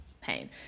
pain